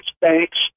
banks